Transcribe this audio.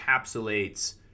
encapsulates